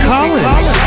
Collins